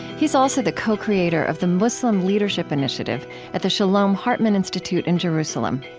he's also the co-creator of the muslim leadership initiative at the shalom hartman institute in jerusalem.